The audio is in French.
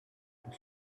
pour